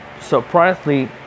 surprisingly